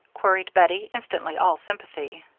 queried bettie, instantly all sympathy.